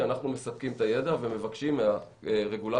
אנחנו מספקים את הידע ומבקשים מהרגולטורים